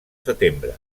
setembre